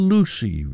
Lucy